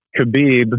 Khabib